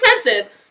expensive